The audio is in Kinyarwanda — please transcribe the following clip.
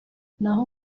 naho